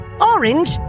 Orange